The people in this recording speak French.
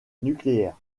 nucléaires